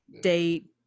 date